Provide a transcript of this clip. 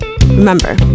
Remember